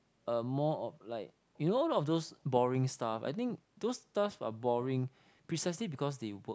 uh more of like you know all of those boring stuff I think those stuffs are boring precisely because they work